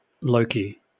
Loki